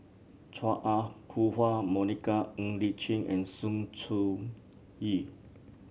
Chua Ah Huwa Monica Ng Li Chin and Sng Choon Yee